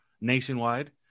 nationwide